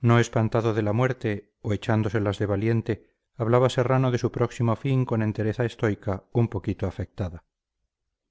no espantado de la muerte o echándoselas de valiente hablaba serrano de su próximo fin con entereza estoica un poquito afectada